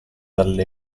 alle